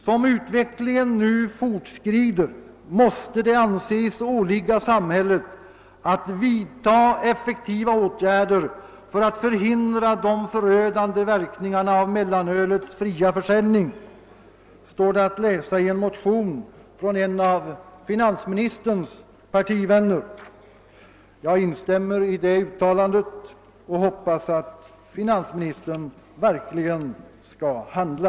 »Som utvecklingen nu fort skrider måste det anses åligga samhället att vidta effektiva åtgärder för att förhindra de förödande verkningarna av mellanölets fria försäljning», står det att läsa i en motion från en av finansministerns partivänner. Jag instämmer i det uttalandet och hoppas att finansministern verkligen skall handla.